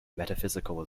metaphysical